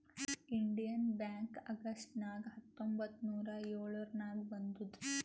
Indian bank August ನಾಗ್ ಹತ್ತೊಂಬತ್ತ್ ನೂರಾ ಎಳುರ್ನಾಗ್ ಬಂದುದ್